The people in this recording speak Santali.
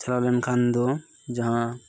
ᱪᱟᱞᱟᱣ ᱞᱮᱱ ᱠᱷᱟᱱ ᱫᱚ ᱡᱟᱦᱟᱸ